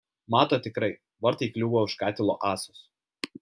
mato tikrai vartai kliūva už katilo ąsos